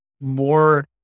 more